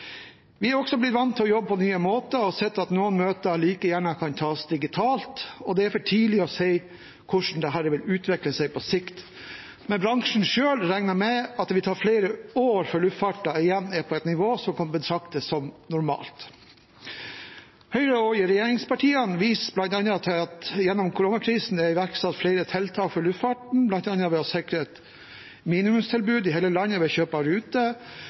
Vi er også blitt vant til å jobbe på nye måter og har sett at noen møter like gjerne kan tas digitalt, og det er for tidlig å si hvordan dette vil utvikle seg på sikt. Men bransjen selv regner med at det vil ta flere år før luftfarten igjen er på et nivå som kan betraktes som normalt. Høyre og regjeringspartiene viser bl.a. til at det gjennom koronakrisen er iverksatt flere tiltak for luftfarten, bl.a. ved å sikre et minimumstilbud i hele landet ved kjøp av ruter,